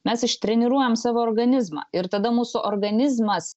mes ištreniruojam savo organizmą ir tada mūsų organizmas